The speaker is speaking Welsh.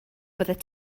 byddet